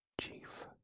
Chief